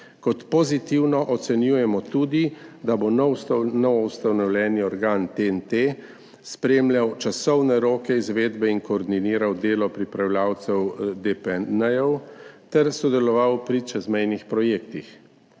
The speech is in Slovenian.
Kot pozitivno ocenjujemo tudi, da bo v novoustanovljeni organ TEN-T spremljal časovne roke izvedbe in koordiniral delo pripravljavcev DPN ter sodeloval pri čezmejnih projektih.